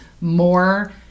more